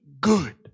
good